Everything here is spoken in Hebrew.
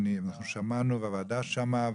אנחנו שמענו והוועדה שמעה,